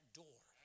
door